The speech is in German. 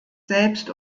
selbst